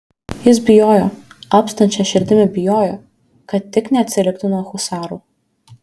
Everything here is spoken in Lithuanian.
jis bijojo alpstančia širdimi bijojo kad tik neatsiliktų nuo husarų